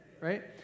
Right